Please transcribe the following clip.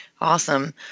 Awesome